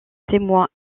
témoin